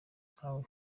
nkawe